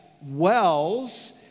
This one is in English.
wells